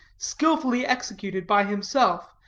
skillfully executed by himself,